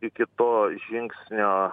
iki to žingsnio